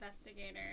investigator